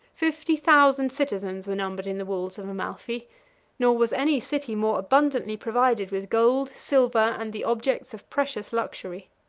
fifty thousand citizens were numbered in the walls of amalphi nor was any city more abundantly provided with gold, silver, and the objects of precious luxury.